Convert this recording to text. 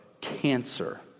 cancer